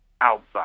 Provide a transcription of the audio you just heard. outside